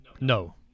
No